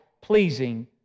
pleasing